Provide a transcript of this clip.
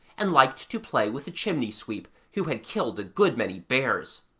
and liked to play with a chimney-sweep who had killed a good many bears.